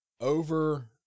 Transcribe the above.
over